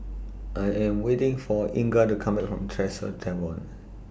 I Am waiting For Inga to Come Back from Tresor Tavern